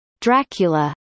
Dracula